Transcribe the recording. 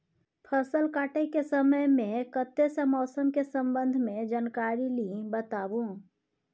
फसल काटय के समय मे कत्ते सॅ मौसम के संबंध मे जानकारी ली बताबू?